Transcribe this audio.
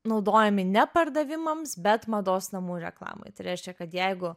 naudojami ne pardavimams bet mados namų reklamai tai reiškia kad jeigu